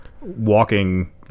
walking